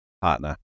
partner